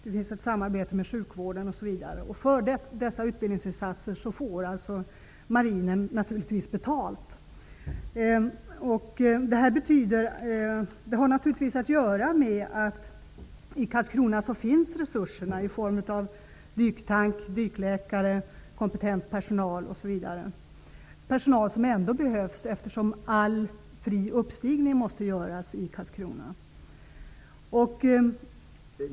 Det finns ett samarbete med sjukvården, osv. För dessa utbildningsinsatser får Marinen naturligtvis betalt. I Karlskrona finns resurserna: dyktank, dykläkare, kompetent personal, osv. Det är personal som ändå behövs, eftersom all fri uppstigning måste genomföras i Karlskrona.